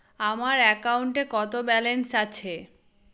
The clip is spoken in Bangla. আমার অ্যাকাউন্টে কত ব্যালেন্স আছে?